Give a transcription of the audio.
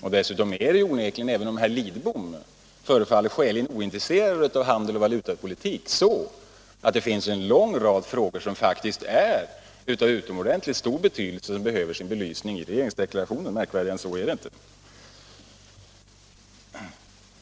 dels på att det — även om herr Lidbom förefaller skäligen ointresserad av handelsoch valutapolitik — finns en lång rad frågor av utomordentligt stor betydelse som behöver få sin belysning i deklarationen. Märkvärdigare än så är det inte.